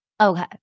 Okay